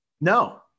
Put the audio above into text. No